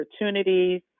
opportunities